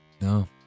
No